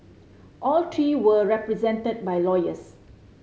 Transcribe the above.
all three were represented by lawyers